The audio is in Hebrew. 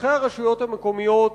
לפקחי הרשויות המקומיות